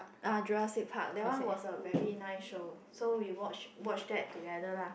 ah Jurassic Park that one was a very nice show so we watch watch that together lah